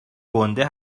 گنده